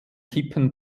kippen